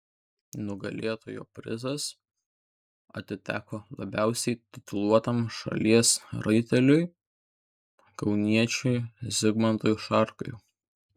nugalėtojo prizas atiteko labiausiai tituluotam šalies raiteliui kauniečiui zigmantui šarkai